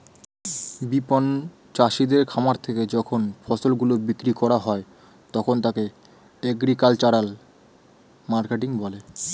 বিপণন চাষীদের খামার থেকে যখন ফসল গুলো বিক্রি করা হয় তখন তাকে এগ্রিকালচারাল মার্কেটিং বলে